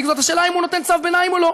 הוא בשאלה אם הוא נותן צו ביניים או לא,